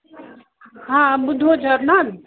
हा ॿुधो झरना